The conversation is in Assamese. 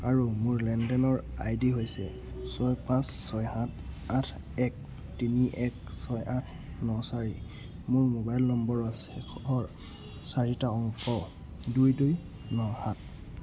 আৰু মোৰ লেনদেনৰ আই ডি হৈছে ছয় পাঁচ ছয় সাত আঠ এক তিনি এক ছয় আঠ ন চাৰি মোৰ মোবাইল নম্বৰৰ শেষৰ চাৰিটা অংক দুই দুই ন সাত